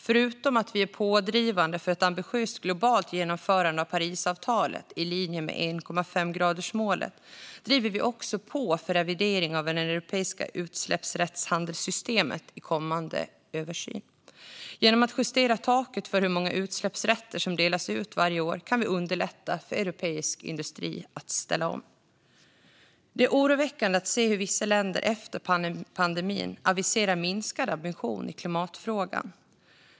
Förutom att vi är pådrivande för ett ambitiöst globalt genomförande av Parisavtalet i linje med 1,5-gradersmålet driver vi också på för revidering av det europeiska utsläppsrättshandelssystemet i kommande översyn. Genom att justera taket för hur många utsläppsrätter som delas ut varje år kan vi underlätta för europeisk industri att ställa om. Det är oroväckande att se hur vissa länder efter pandemin aviserar minskad ambition i klimatfrågan.